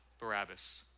Barabbas